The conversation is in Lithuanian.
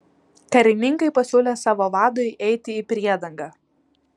karininkai pasiūlė savo vadui eiti į priedangą